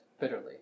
bitterly